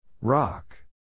Rock